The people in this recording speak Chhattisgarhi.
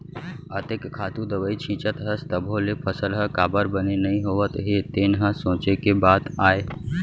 अतेक खातू दवई छींचत हस तभो ले फसल ह काबर बने नइ होवत हे तेन ह सोंचे के बात आय